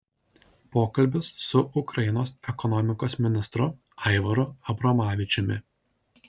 pokalbis su ukrainos ekonomikos ministru aivaru abromavičiumi